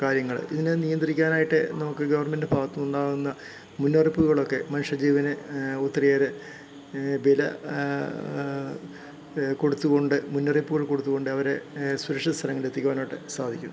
കാര്യങ്ങൾ ഇതിനെ നിയന്ത്രിക്കാനായിട്ട് നമുക്ക് ഗവണ്മെൻറ്റിൻ്റെ ഭാഗത്തുനിന്ന് ഉണ്ടാകുന്ന മുന്നറിയിപ്പുകളൊക്കെ മനുഷ്യജീവന് ഒത്തിരിയേറെ വില കൊടുത്ത് കൊണ്ട് മുന്നറിയിപ്പുകൾ കൊടുത്തു കൊണ്ട് അവരെ സുരക്ഷിത സ്ഥലങ്ങളിൽ എത്തിക്കുവാനായിട്ട് സാധിക്കും